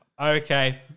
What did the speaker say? Okay